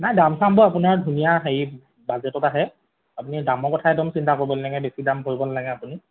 নাই দাম চামবোৰ আপোনাৰ ধুনীয়া হেৰি বাজেটত আহে আপুনি দামৰ কথা একদম চিন্তা কৰিব নালাগে বেছি দাম ভৰিব নালাগে আপুনি